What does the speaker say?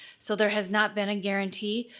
so there has not been a guarantee,